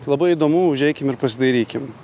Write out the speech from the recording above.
labai įdomu užeikim ir pasidairykim